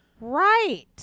Right